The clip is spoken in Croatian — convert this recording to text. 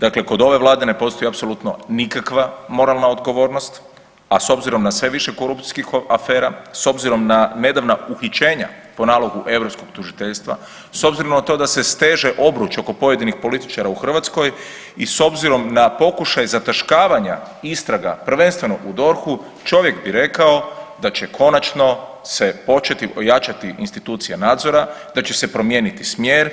Dakle, kod ove Vlade ne postoji apsolutno nikakva moralna odgovornost, a s obzirom na sve više korupcijskih afera, s obzirom na nedavna uhićenja po nalogu europskog tužiteljstva, s obzirom na to da se steže obruč oko pojedinih političara u Hrvatskoj i s obzirom na pokušaj zataškavanja istraga prvenstveno u DORH-u čovjek bi rekao da će konačno se početi jačati institucija nadzora, da će se promijeniti smjer